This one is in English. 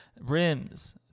rims